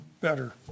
better